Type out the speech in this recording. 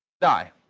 die